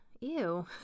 Ew